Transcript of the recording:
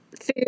food